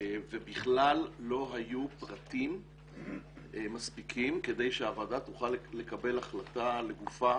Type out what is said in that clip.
ובכלל לא היו פרטים מספיקים כדי שהוועדה תוכל לקבל החלטה לגופה